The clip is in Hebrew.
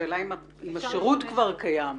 השאלה היא האם השירות כבר קיים.